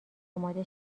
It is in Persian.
اماده